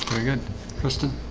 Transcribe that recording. good kristin